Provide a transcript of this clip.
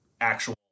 actual